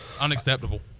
unacceptable